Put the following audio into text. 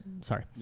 Sorry